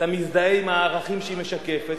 אתה מזדהה עם הערכים שהיא משקפת,